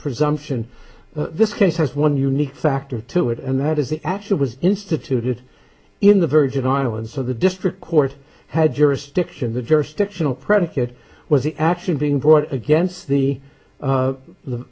presumption this case has one unique factor to it and that is the action was instituted in the virgin islands so the district court had jurisdiction the jurisdictional predicate was the action being brought against the the the